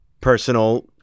personal